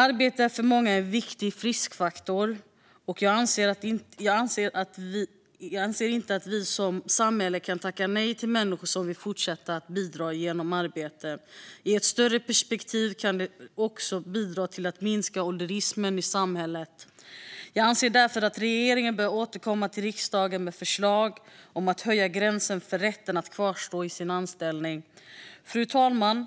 Arbete är för många en viktig friskfaktor, och jag anser inte att vi som samhälle kan tacka nej till människor som vill fortsätta att bidra genom arbete. I ett större perspektiv kan det också bidra till att minska ålderismen i samhället. Jag anser därför att regeringen bör återkomma till riksdagen med förslag om att höja gränsen för rätten att ha kvar sin anställning. Fru talman!